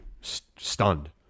stunned